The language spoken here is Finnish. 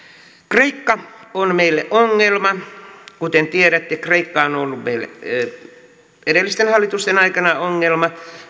kreikka on meille ongelma kuten tiedätte kreikka on ollut edellisten hallitusten aikana ongelma